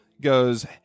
goes